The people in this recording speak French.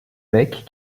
mec